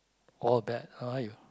all bad are you